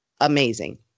amazing